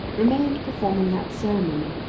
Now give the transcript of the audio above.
remained performing that ceremony,